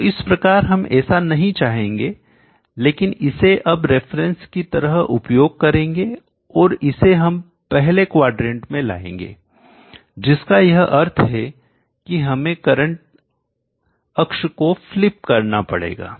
तो इस प्रकार हम ऐसा नहीं चाहेंगे लेकिन इसे अब रिफरेंस की तरह उपयोग करेंगे और इसे हम पहले क्वाड्रेंट चतुर्थांश में लाएंगे जिसका यह अर्थ है कि हमें करंट अक्ष को फ्लिप करना पड़ेगा